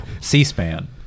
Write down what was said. C-SPAN